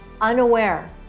unaware